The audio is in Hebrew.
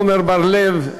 עמר בר-לב,